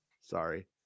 Sorry